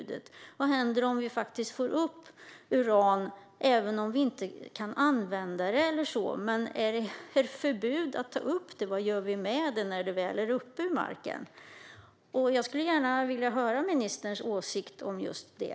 Vad händer om vi får upp uran och inte kan använda det? Om det råder ett förbud mot att ta upp det, vad gör vi då med det när det väl är uppe ur marken? Jag skulle gärna vilja höra ministerns åsikt om just det.